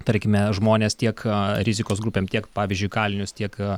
tarkime žmones tiek rizikos grupėm tiek pavyzdžiui kalinius tiek